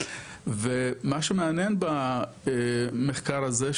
ומה שמעניין במחקר הזה,